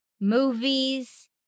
movies